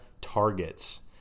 targets